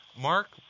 Mark